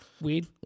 Weed